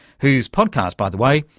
whose podcast, by the way,